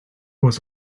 was